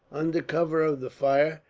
under cover of the fire,